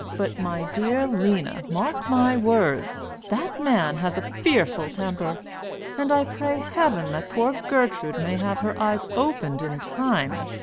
but, my dear lena, mark my words that man has a fearful temper and i pray heaven that poor gertrude may have her eyes opened in time.